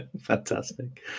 Fantastic